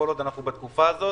כל עוד אנחנו בתקופה הזאת.